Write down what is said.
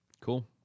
Cool